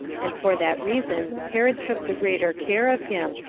and for that reason herod took the greater care of him,